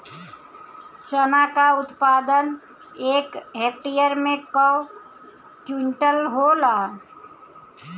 चना क उत्पादन एक हेक्टेयर में कव क्विंटल होला?